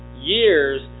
years